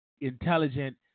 intelligent